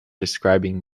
describing